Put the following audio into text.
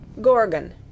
GORGON